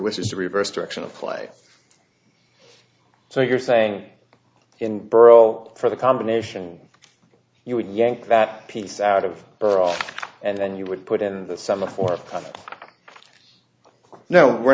wishes to reverse direction of play so you're saying in perl for the combination you would yank that piece out of perl and then you would put in the summer for no we're